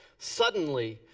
suddenly,